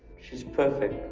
she's perfect.